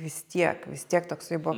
vis tiek vis tiek toksai buo